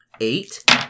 Eight